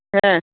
ᱦᱮᱸ